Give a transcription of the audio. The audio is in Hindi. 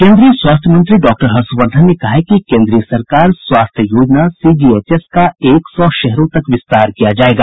केन्द्रीय स्वास्थ्य मंत्री डॉ हर्षवर्धन ने कहा है कि केन्द्रीय सरकार स्वास्थ्य योजना सीजीएचएस का एक सौ शहरों तक विस्तार किया जाएगा